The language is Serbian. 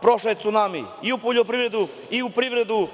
prošao je cunami, i u poljoprivredi, i u privredi,